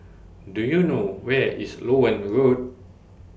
Do YOU know Where IS Loewen Road